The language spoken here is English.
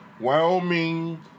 Wyoming